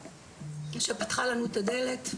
שפתחה לנו את הדלת,